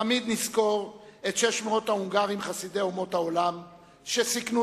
תמיד נזכור את 600 ההונגרים חסידי אומות העולם שסיכנו